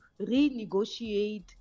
renegotiate